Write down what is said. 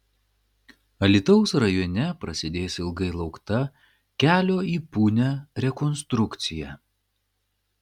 alytaus rajone prasidės ilgai laukta kelio į punią rekonstrukcija